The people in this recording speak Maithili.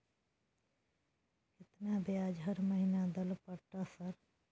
केतना ब्याज हर महीना दल पर ट सर?